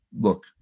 look